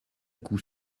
coup